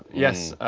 yes.